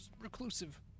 reclusive